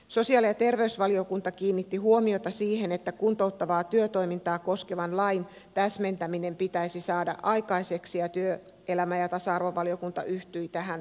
sosiaali ja terveysvaliokunta kiinnitti huomiota siihen että kuntouttavaa työtoimintaa koskevan lain täsmentäminen pitäisi saada aikaiseksi ja työelämä ja tasa arvovaliokunta yhtyi tähän kantaan